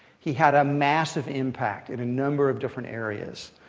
he had a massive impact in a number of different areas.